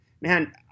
man